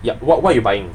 ya what what you buying